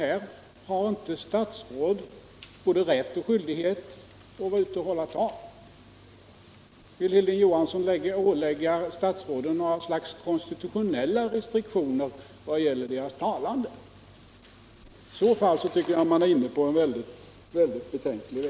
Har inte statsråd både rätt och skyldighet att hålla tal? Vill Hilding Johansson ålägga statsråden några slags konstitutionella restriktioner vad gäller deras tal? I så fall tycker jag att Hilding Johansson är inne på en mycket betänklig väg.